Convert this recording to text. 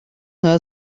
her